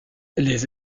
les